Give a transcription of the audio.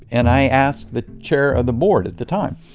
and i ask the chair of the board at the time.